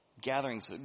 gatherings